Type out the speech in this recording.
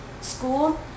school